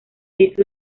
hizo